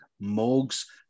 mugs